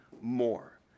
more